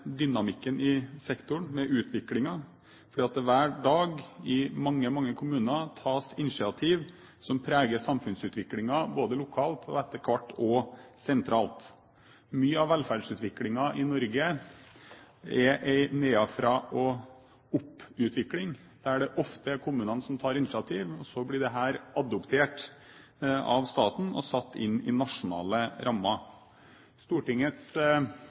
dynamikken i sektoren, med utviklingen, for i mange, mange kommuner tas det hver dag initiativ som preger samfunnsutviklingen både lokalt og etter hvert også sentralt. Mye av velferdsutviklingen i Norge er en nedenfra-og-opp-utvikling, der det ofte er kommunene som tar initiativ. Så blir dette adoptert av staten og satt inn i nasjonale rammer. Stortingets